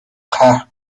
قهر